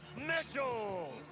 Mitchell